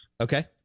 Okay